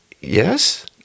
yes